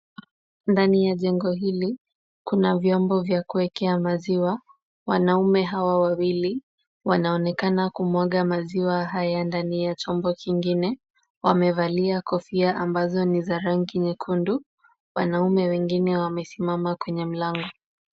Ndani ya jengo hili, kuna vyombo vya kuwekea maziwa. Wanaume hawa wawili wanaonekana kumwaga maziwa haya ndani ya chombo kingine. Wamevalia kofia ambazo ni za rangi nyekundu. Wanaume wengine wamesimama kwenye mlango.